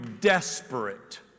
Desperate